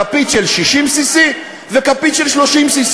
כפית של cc60 וכפית של cc30.